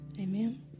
Amen